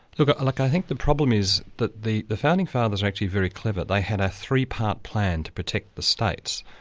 look look i think the problem is that the the founding fathers were actually very clever. they had a three-part plan to protect the states.